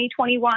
2021